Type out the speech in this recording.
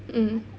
mmhmm